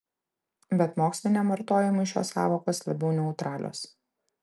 bet moksliniam vartojimui šios sąvokos labiau neutralios